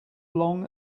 long